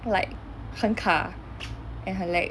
like 很卡 and 很 lag